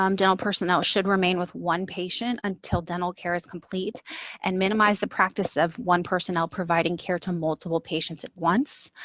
um dental personnel should remain with one patient until dental care is complete and minimize the practice of one personnel providing care to multiple patients at once.